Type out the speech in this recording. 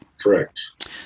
Correct